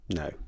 no